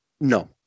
No